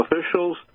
officials